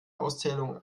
auszählung